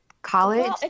College